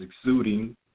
exuding